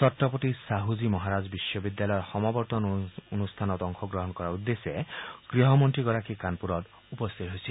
ছত্ৰপতি ছাহ জী মহাৰাজ বিশ্ববিদ্যালয়ৰ সমাৱৰ্তন অনুষ্ঠানত অংশগ্ৰহণ কৰাৰ উদ্দেশ্যে গৃহমন্ত্ৰীগৰাকী কানপুৰত উপস্থিত হৈছিল